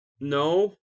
No